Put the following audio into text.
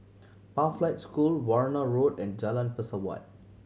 Pathlight School Warna Road and Jalan Pesawat